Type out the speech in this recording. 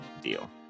deal